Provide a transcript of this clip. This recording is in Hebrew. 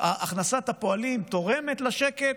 הכנסת הפועלים תורמת לשקט,